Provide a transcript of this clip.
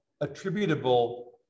attributable